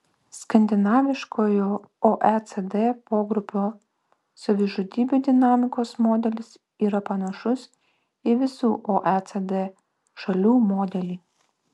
skandinaviškojo oecd pogrupio savižudybių dinamikos modelis yra panašus į visų oecd šalių modelį